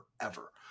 forever